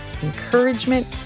encouragement